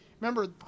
remember